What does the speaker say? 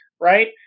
Right